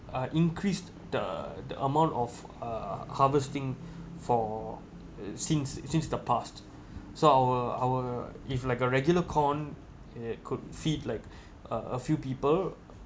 uh increased the the amount of uh harvesting for since since the past so our our if like a regular corn it could feed like a a few people